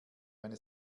eine